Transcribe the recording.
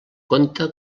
conta